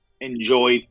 enjoy